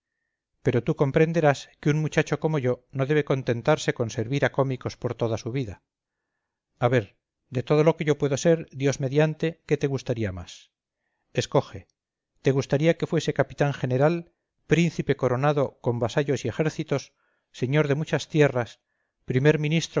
pero tú comprenderás que un muchacho como yo no debe contentarse con servir a cómicos por toda su vida a ver de todo lo que yo puedo ser dios mediante qué te gustaría más escoge te gustaría que fuese capitán general príncipe coronado con vasallos y ejército señor de muchas tierras primer ministro